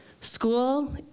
School